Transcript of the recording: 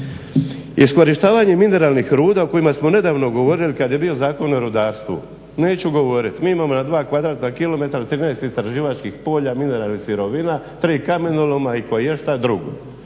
Iskorištavanje mineralnih ruda o kojima smo nedavno govorili kad je bio Zakon o rudarstvu, neću govoriti mi imamo na 2 kvadratna kilometra 13 istraživačkih polja mineralnih sirovina, 3 kamenoloma i koješta drugo.